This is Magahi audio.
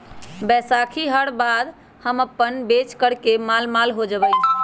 बैसाखी कर बाद हम अपन बेच कर मालामाल हो जयबई